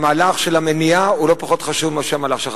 מהלך של מניעה הוא לא פחות חשוב מאשר מהלך של חסימה.